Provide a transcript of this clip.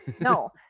no